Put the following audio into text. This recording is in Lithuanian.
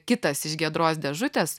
kitas iš giedros dėžutės